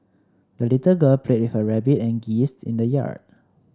the little girl played with her rabbit and geese in the yard